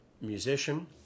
musician